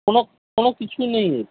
কোনো কোনো কিছু নেই রে